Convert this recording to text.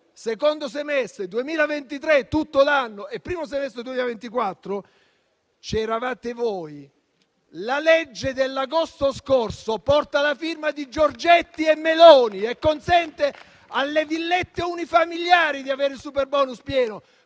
secondo semestre, in tutto il 2023 e nel primo semestre del 2024 c'eravate voi. La legge dell'agosto scorso porta la firma di Giorgetti e Meloni e consente alle villette unifamiliari di avere il superbonus pieno.